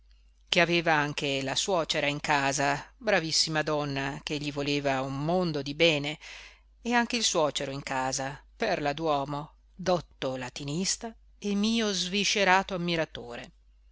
che aveva anche la suocera in casa bravissima donna che gli voleva un mondo di bene e anche il suocero in casa perla d'uomo dotto latinista e mio sviscerato ammiratore